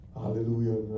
Hallelujah